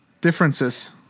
differences